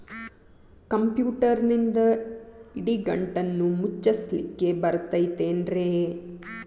ಕಂಪ್ಯೂಟರ್ನಿಂದ್ ಇಡಿಗಂಟನ್ನ ಮುಚ್ಚಸ್ಲಿಕ್ಕೆ ಬರತೈತೇನ್ರೇ?